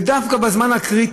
וזה דווקא הזמן הקריטי.